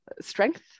strength